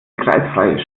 kreisfreie